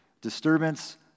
Disturbance